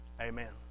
amen